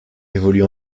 évolue